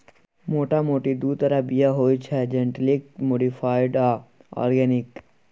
मोटा मोटी दु तरहक बीया होइ छै जेनेटिकली मोडीफाइड आ आर्गेनिक